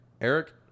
Eric